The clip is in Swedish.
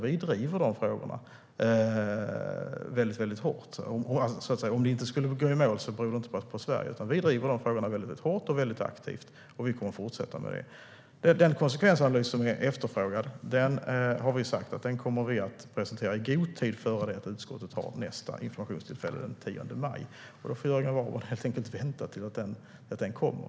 Vi driver dessa frågor väldigt hårt och aktivt, och vi kommer att fortsätta med det. Om förhandlingarna inte skulle gå i mål beror det inte på Sverige. Den konsekvensanalys som efterfrågas kommer vi att presentera i god tid före nästa informationstillfälle i utskottet, den 10 maj. Jörgen Warborn får helt enkelt vänta till dess.